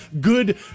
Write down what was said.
good